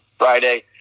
Friday